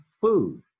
food